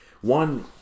one